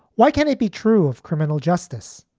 why can't it be true of criminal justice?